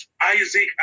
Isaac